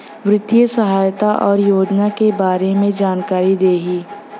वित्तीय सहायता और योजना के बारे में जानकारी देही?